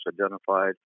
identified